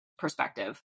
perspective